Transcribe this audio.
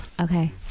Okay